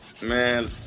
Man